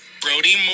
Brody